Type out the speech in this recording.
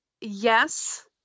yes